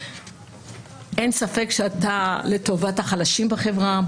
אין ספק שאתה לטובת החלשים בחברה,